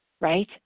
right